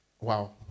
wow